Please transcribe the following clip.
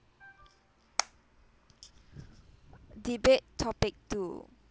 debate topic two